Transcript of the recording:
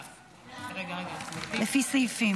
השר,